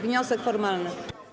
Wniosek formalny.